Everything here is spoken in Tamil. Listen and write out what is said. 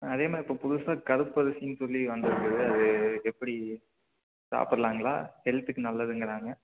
அதே மாதிரி இப்போ புதுசாக கருப்பரிசின்னு சொல்லி வந்திருக்குது அது எப்படி சாப்பிடலாங்களா ஹெல்த்துக்கு நல்லதுங்களாங்க